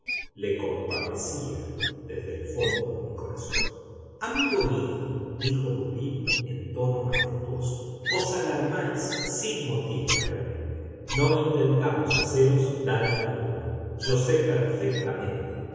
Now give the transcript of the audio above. le compadecía desde el fondo de mi corazón amigo mío dijo dupín en tono afectuoso os alarmáis sin motivo realmente no intentamos haceros daño alguno yo sé perfectamente